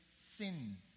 sins